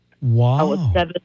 Wow